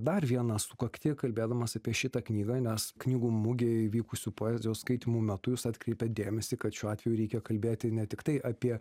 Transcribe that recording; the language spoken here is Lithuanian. dar vieną sukaktį kalbėdamas apie šitą knygą nes knygų mugėj vykusių poezijos skaitymų metu jūs atkreipėt dėmesį kad šiuo atveju reikia kalbėti ne tiktai apie